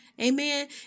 Amen